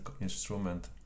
instrument